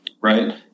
right